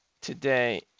today